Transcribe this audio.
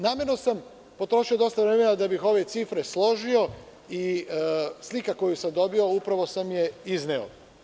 Namerno sam potrošio dosta vremena da bih ove cifre složio, i slika koju sam dobio, upravo sam je izneo.